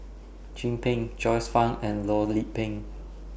Chin Peng Joyce fan and Loh Lik Peng